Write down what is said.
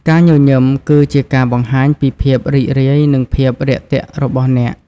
ការញញឹមគឺជាការបង្ហាញពីភាពរីករាយនិងភាពរាក់ទាក់របស់អ្នក។